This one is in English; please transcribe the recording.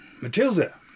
Matilda